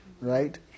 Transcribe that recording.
right